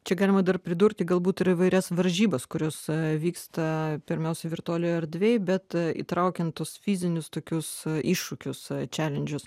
čia galima dar pridurti galbūt ir įvairias varžybas kuriose vyksta pirmiausia virtualioje erdvėje bet įtraukiant fizinius tokius iššūkius keliančius